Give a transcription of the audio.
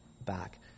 back